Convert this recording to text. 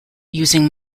using